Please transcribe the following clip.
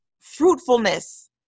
fruitfulness